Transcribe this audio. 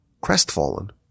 crestfallen